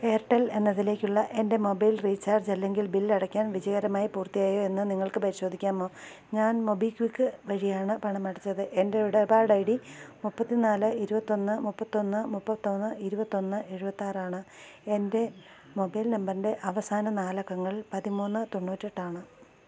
Airtel എന്നതിലേക്കുള്ള എൻ്റെ mobile recharge അല്ലെങ്കിൽ ബിൽ അടയ്ക്കൽ വിജയകരമായി പൂർത്തിയായോ എന്ന് നിങ്ങൾക്ക് പരിശോധിക്കാമോ ഞാൻ മൊബിക്വിക് വഴിയാണ് പണമടച്ചത് എൻ്റെ ഇടപാട് ഐ ഡി മുപ്പത്തി നാല് ഇരുപത്തി ഒന്ന് മുപ്പത്തി ഒന്ന് മുപ്പത്തി ഒന്ന് ഇരുപത്തി ഒന്ന് എഴുപത്തി ആറാണ് എൻ്റെ മൊബൈൽ നമ്പറിൻ്റെ അവസാന നാല് അക്കങ്ങൾ പതിമൂന്ന് തൊണ്ണൂറ്റി എട്ടാണ്